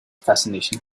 fascination